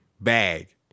bag